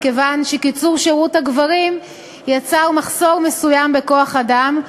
מכיוון שקיצור שירות הגברים ייצור מחסור מסוים בכוח-אדם,